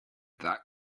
that